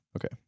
Okay